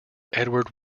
edward